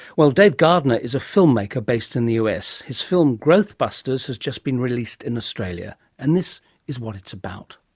well, dave gardner is a filmmaker based in the us. his film growthbusters has just been released in australia and this is what it's about.